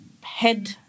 head